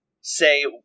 say